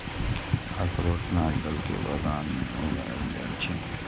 अखरोट नारियल के बगान मे उगाएल जाइ छै